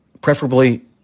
Preferably